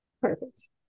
Perfect